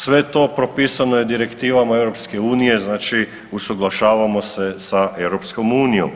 Sve to propisano je direktivama EU znači usuglašavamo se sa EU.